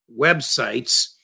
websites